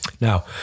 Now